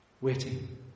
waiting